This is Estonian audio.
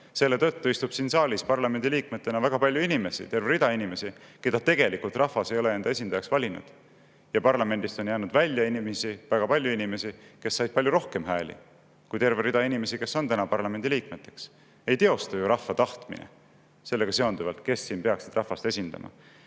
Selle tõttu istub siin saalis parlamendiliikmetena väga palju inimesi, terve rida inimesi, keda rahvas ei ole tegelikult enda esindajaks valinud, ja parlamendist on jäänud välja inimesi, väga palju inimesi, kes said palju rohkem hääli kui terve rida inimesi, kes on täna parlamendiliikmeteks. Ei teostu ju rahva tahtmine selles mõttes, kes peaksid siin teda esindama.